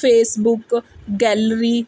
Facebook gallery